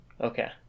Okay